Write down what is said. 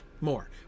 more